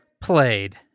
played